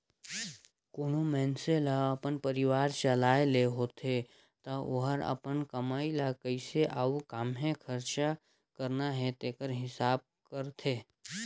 कोनो मइनसे ल अपन परिवार चलाए ले होथे ता ओहर अपन कमई ल कइसे अउ काम्हें खरचा करना हे तेकर हिसाब करथे